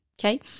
okay